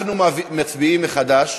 אנחנו מצביעים מחדש,